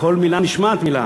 כל מילה נשמעת מילה.